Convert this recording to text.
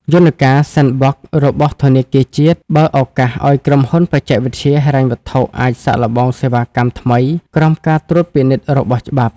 យន្តការ "Sandbox" របស់ធនាគារជាតិ បើកឱកាសឱ្យក្រុមហ៊ុនបច្ចេកវិទ្យាហិរញ្ញវត្ថុអាចសាកល្បងសេវាកម្មថ្មីក្រោមការត្រួតពិនិត្យរបស់ច្បាប់។